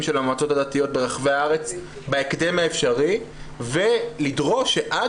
של המועצות הדתיות ברחבי הארץ בהקדם האפשרי ולדרוש שעד